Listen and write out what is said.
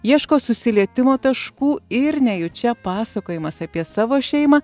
ieško susilietimo taškų ir nejučia pasakojimas apie savo šeimą